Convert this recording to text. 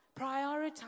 prioritize